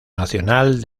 nacional